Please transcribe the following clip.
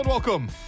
Welcome